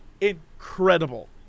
incredible